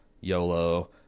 YOLO